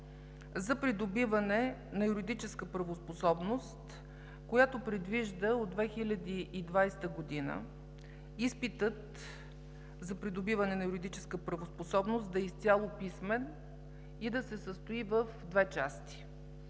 за придобиване на юридическа правоспособност, която предвижда от 2020 г. изпитът за придобиване на юридическа правоспособност да е изцяло писмен и да се състои в две части.